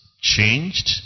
changed